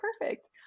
perfect